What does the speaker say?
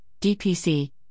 DPC